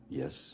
yes